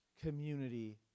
community